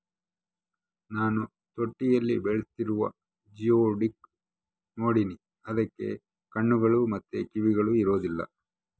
ನಾನು ತೊಟ್ಟಿಯಲ್ಲಿ ಬೆಳೆಸ್ತಿರುವ ಜಿಯೋಡುಕ್ ನೋಡಿನಿ, ಅದಕ್ಕ ಕಣ್ಣುಗಳು ಮತ್ತೆ ಕಿವಿಗಳು ಇರೊದಿಲ್ಲ